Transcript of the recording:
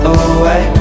away